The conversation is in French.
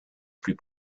plus